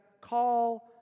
call